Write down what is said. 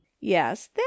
Yes